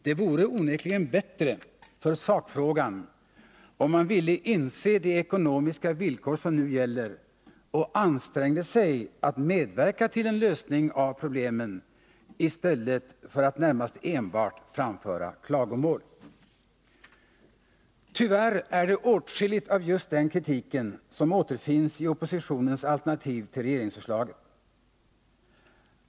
Det vore onekligen bättre för sakfrågan, om man ville inse de ekonomiska villkor som nu gäller och ansträngde sig att medverka till en lösning av problemen i stället för att närmast enbart framföra klagomål. Tyvärr är det åtskilligt av just den kritiken som återfinns i oppositionens alternativ till regeringsförslaget.